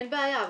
אין בעיה,